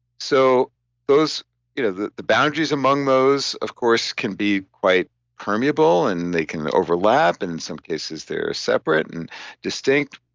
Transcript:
so you know the the boundaries among those of course can be quite permeable and they can overlap, in some cases they're separate and distinct.